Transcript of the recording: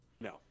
No